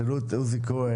העלאת נושא לדיון,